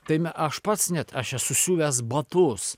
tai me aš pats net aš esu siuvęs batus